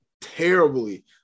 terribly